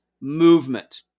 movement